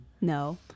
No